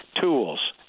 tools